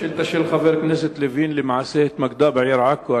השאילתא של חבר הכנסת לוין למעשה התמקדה בעיר עכו.